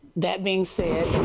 that being said,